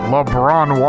LeBron